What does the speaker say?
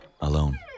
Alone